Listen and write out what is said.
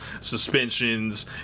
suspensions